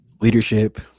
leadership